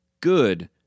good